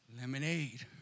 Lemonade